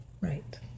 Right